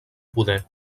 poder